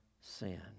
sin